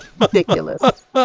Ridiculous